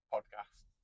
Podcast